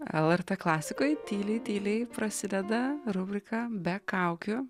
lrt klasikoj tyliai tyliai prasideda rubrika be kaukių